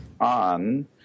on